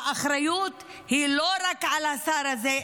האחריות היא לא רק על השר הזה,